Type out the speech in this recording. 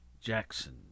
Jackson